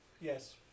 Yes